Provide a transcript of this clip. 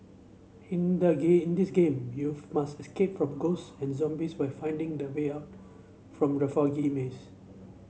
in the game in this game you must escape from ghosts and zombies while finding the way out from the foggy maze